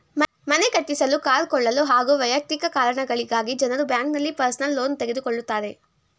ಮನೆ ಕಟ್ಟಿಸಲು ಕಾರು ಕೊಳ್ಳಲು ಹಾಗೂ ವೈಯಕ್ತಿಕ ಕಾರಣಗಳಿಗಾಗಿ ಜನರು ಬ್ಯಾಂಕ್ನಲ್ಲಿ ಪರ್ಸನಲ್ ಲೋನ್ ತೆಗೆದುಕೊಳ್ಳುತ್ತಾರೆ